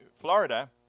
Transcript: Florida